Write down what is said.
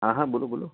હા હા બોલો બોલો